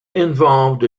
involved